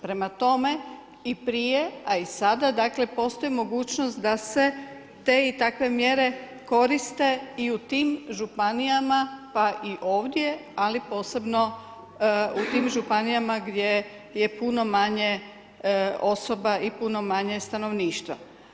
Prema tome, i prije a i sada, dakle, postoji pomučnost, da se te i takve mjere koriste i u tim županijama pa i ovdje, ali posebno u tim županijama, gdje je puno manje osoba i puno manje stanovništva.